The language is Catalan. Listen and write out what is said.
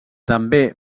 també